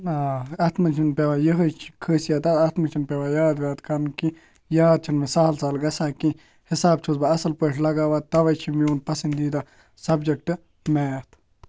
آ اتھ منٛز چھنہٕ پیٚوان یِہے چھِ خٲصِیت اتھ منٛز چھُنہٕ پیٚوان یاد واد کرُن کیٚنٛہہ یاد چھُنہٕ مےٚ سہل سہل گژھان کیٚنٛہہ حساب چھُس بہٕ اَصٕل پٲٹھۍ لگاوان تَوَے چھُ میون پسندیدہ سبجکٹ میتھ